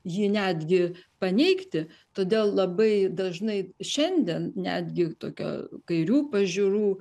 jį netgi paneigti todėl labai dažnai šiandien netgi tokio kairių pažiūrų